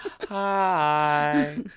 Hi